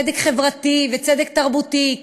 צדק חברתי וצדק תרבותי,